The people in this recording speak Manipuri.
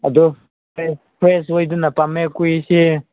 ꯑꯗꯨ ꯁꯣꯏꯗꯅ ꯄꯥꯝꯃꯦ ꯑꯩꯈꯣꯏꯁꯦ